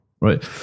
Right